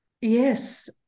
Yes